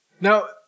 Now